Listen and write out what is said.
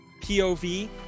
POV